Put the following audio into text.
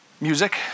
Music